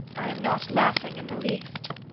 i am not laughing in the least.